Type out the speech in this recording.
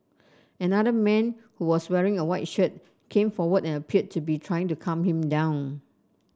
another man who was wearing a white shirt came forward and appeared to be trying to calm him down